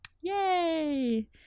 yay